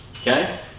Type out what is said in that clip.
Okay